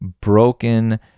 broken